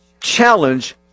challenge